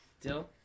Dill